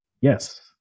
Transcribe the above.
Yes